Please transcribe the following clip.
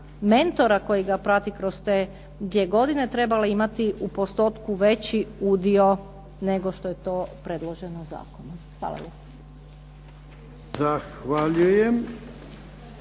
mentora koji ga prati kroz te 2 godine trebala imati u postotku veći udio nego što je to predloženo zakonom. Hvala lijepo.